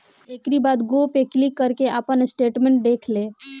एकरी बाद गो पे क्लिक करके आपन स्टेटमेंट देख लें